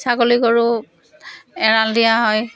ছাগলী গৰু এৰাল দিয়া হয়